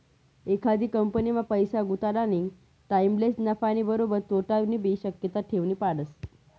एखादी कंपनीमा पैसा गुताडानी टाईमलेच नफानी बरोबर तोटानीबी शक्यता ठेवनी पडस